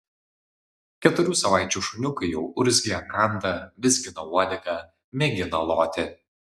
keturių savaičių šuniukai jau urzgia kanda vizgina uodegą mėgina loti